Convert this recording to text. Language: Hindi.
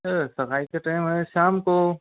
सर सगाई का टाइम है शाम को